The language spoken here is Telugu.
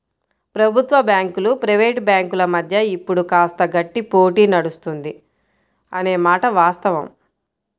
ప్రభుత్వ బ్యాంకులు ప్రైవేట్ బ్యాంకుల మధ్య ఇప్పుడు కాస్త గట్టి పోటీ నడుస్తుంది అనే మాట వాస్తవం